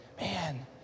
man